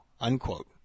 Unquote